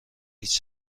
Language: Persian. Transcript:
هیچ